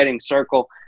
circle